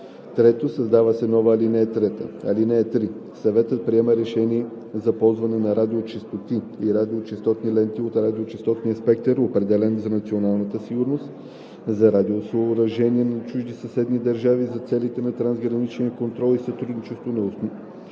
3. Създава се нова ал. 3: „(3) Съветът приема решение за ползване на радиочестоти и радиочестотни ленти от радиочестотния спектър, определен за националната сигурност, за радиосъоръжения на чужди съседни държави за целите на трансграничния контрол и сътрудничество на основата